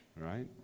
Right